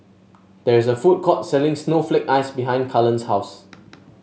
there is a food court selling Snowflake Ice behind Cullen's house